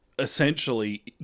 essentially